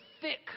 thick